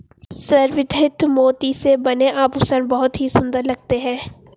संवर्धित मोती से बने आभूषण बहुत ही सुंदर लगते हैं